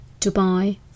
Dubai